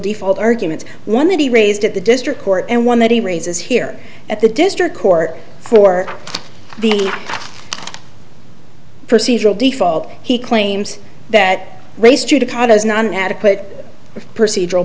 default arguments one that he raised at the district court and one that he raises here at the district court for the procedural default he claims that race judicata is not an adequate p